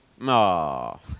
No